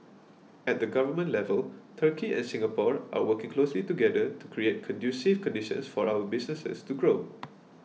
at the government level Turkey and Singapore are working closely together to create conducive conditions for our businesses to grow